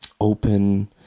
open